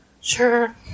sure